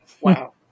Wow